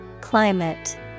Climate